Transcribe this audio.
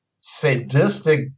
sadistic